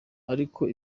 ariko